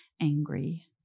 angry